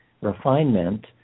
refinement